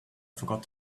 forgot